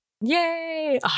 Yay